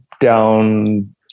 down